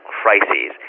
crises